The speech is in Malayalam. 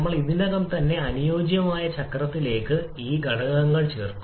പോയിന്റ് 2 ൽ നിന്ന് ആരംഭിക്കുന്നതിനുപകരം ഇവിടെ പോയിന്റ് 2 മുതൽ ആരംഭിക്കുന്നു